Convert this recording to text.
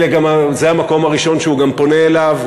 זה המקום הראשון שהוא גם פונה אליו,